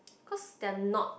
cause they're not